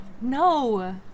No